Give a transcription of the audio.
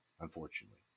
unfortunately